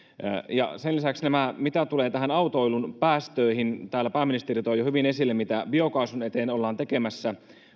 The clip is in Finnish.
sen lisäksi nämä mitä tulee autoilun päästöihin täällä pääministeri toi jo hyvin esille mitä biokaasun eteen ollaan tekemässä